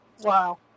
Wow